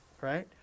right